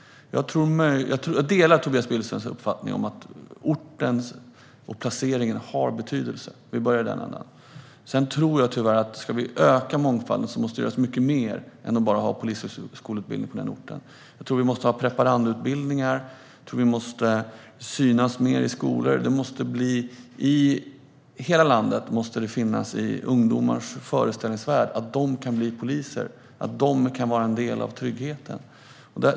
Jag delar Tobias Billströms uppfattning att orten och placeringen har betydelse, om vi börjar i den änden. Jag tror tyvärr att om mångfalden ska öka måste det göras mycket mer än att bara ha polishögskoleutbildning på orten. Jag tror att vi måste ha preparandutbildningar. Och jag tror att vi måste synas mer i skolor. I hela landet måste det finnas i ungdomars föreställningsvärld att de kan bli poliser, att de kan vara en del av tryggheten.